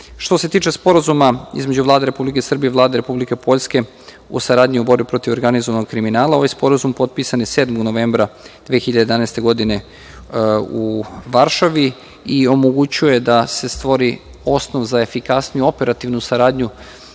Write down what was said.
se tiče Sporazuma između Vlade Republike Srbije i Vlade Republike Poljske u saradnji u borbi protiv organizovanog kriminala, ovaj Sporazum potpisan je 7. novembra 2011. godine u Varšavi i omogućuje da se stvori osnov za efikasniju operativnu saradnju